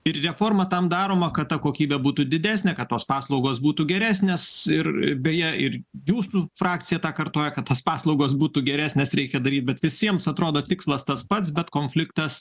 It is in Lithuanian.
ir reforma tam daroma kad ta kokybė būtų didesnė kad tos paslaugos būtų geresnės ir beje ir jūsų frakcija tą kartoja kad tos paslaugos būtų geresnės reikia daryt bet visiems atrodo tikslas tas pats bet konfliktas